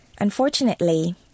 Unfortunately